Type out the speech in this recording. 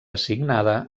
assignada